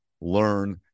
Learn